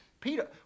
Peter